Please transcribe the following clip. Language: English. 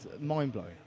mind-blowing